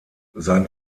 sein